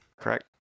Correct